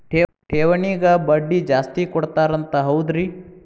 ಠೇವಣಿಗ ಬಡ್ಡಿ ಜಾಸ್ತಿ ಕೊಡ್ತಾರಂತ ಹೌದ್ರಿ?